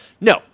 no